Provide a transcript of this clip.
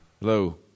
Hello